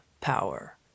power